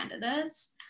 candidates